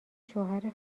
شوهر